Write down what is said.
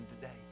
today